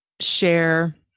share